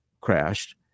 crashed